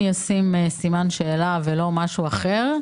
אני אשים סימן שאלה ולא משהו אחר,